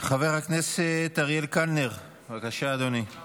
חבר הכנסת אריאל קלנר, בבקשה, אדוני.